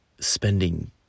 spending